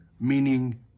meaning